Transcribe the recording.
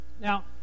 Now